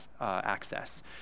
access